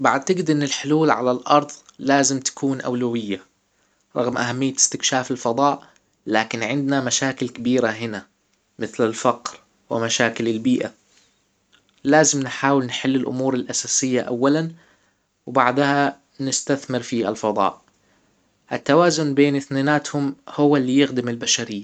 بعتجد ان الحلول على الارض لازم تكون اولوية رغم اهمية استكشاف الفضاء لكن عندنا مشاكل كبيرة هنا مثل الفقر ومشاكل البيئة لازم نحاول نحل الامور الاساسية اولا وبعدها نستثمر في الفضاء التوازن بين اثنيناتهم هو اللي يخدم البشرية